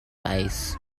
ice